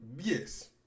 Yes